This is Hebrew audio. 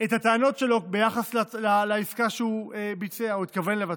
את הטענות שלו ביחס לעסקה שהוא ביצע או התכוון לבצע,